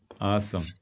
awesome